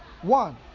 One